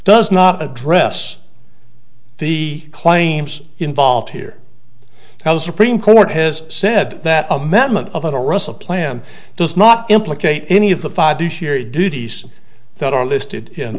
does not address the claims involved here how the supreme court has said that amendment of a russell plan does not implicate any of the five this year duties that are listed in